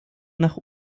nach